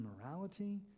immorality